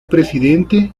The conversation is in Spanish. presidente